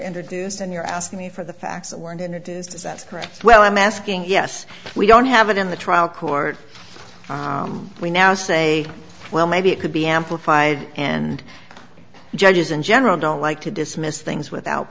introduced and you're asking me for the facts that weren't in it is that correct well i'm asking yes we don't have it in the trial court we now say well maybe it could be amplified and judges in general don't like to dismiss things without